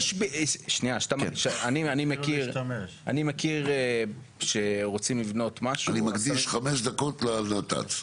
שנייה אני מכיר שרוצים לבנות משהו -- אני מקדיש 5 דקות לא לנת"צ.